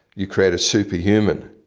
you create a superhuman,